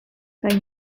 kaj